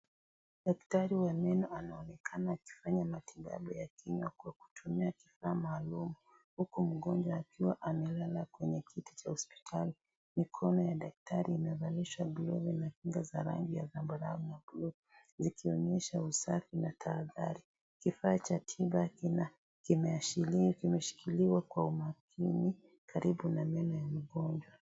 Daktari wa meno anaonekana akifanya matibabu ya jino kwa kutumia kifaa maalum huku mgonjwa akiwa amelala kwenye kiti cha hospitali. Mikono ya daktari imevalishwa glovu na kinga za rangi ya zambarau na buluu yakionyesha usafi na tahadhari. Kifaa cha tiba kimeshikiliwa kwa umakini karibu na meno ya mgonjwa.